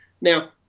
Now